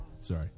sorry